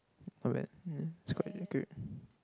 not bad yeah it's quite accurate